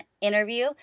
interview